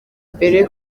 mbere